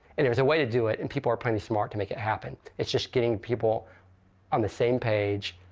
and there's a way to do it, and people are plenty smart to make it happen. it's just getting people on the same page,